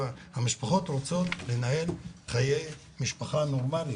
המשפחות רוצות לנהל חיי משפחה נורמליים,